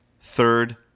Third